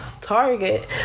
target